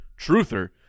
truther